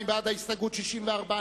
ההסתייגות של קבוצת סיעת קדימה,